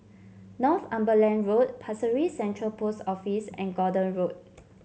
Northumberland Road Pasir Ris Central Post Office and Gordon Road